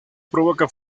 provoca